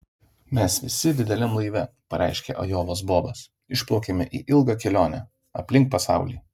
mes visi dideliam laive pareiškė ajovos bobas išplaukiame į ilgą kelionę aplink pasaulį